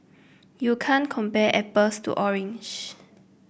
you can't compare apples to orange